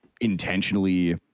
intentionally